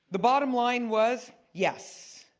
the bottom line was, yes,